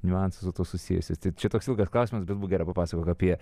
niuansų su tuo susijusių tai čia toks ilgas klausimas bet būk gera pasakok apie